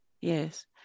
Yes